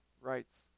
rights